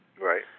right